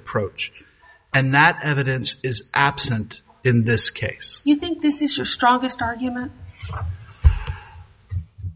approach and that evidence is absent in this case you think this is your strongest argument